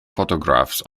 photographs